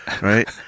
right